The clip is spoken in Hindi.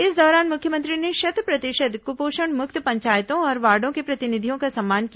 इस दौरान मुख्यमंत्री ने शत प्रतिशत कुपोषण मुक्त पंचायतों और वार्डों के प्रतिनिधियों का सम्मान किया